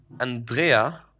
Andrea